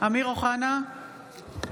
אמיר אוחנה,